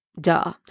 Duh